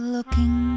Looking